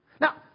Now